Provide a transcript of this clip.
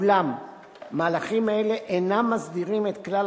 אולם מהלכים אלה אינם מסדירים את כלל